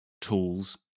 tools